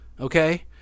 Okay